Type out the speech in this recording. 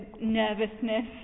nervousness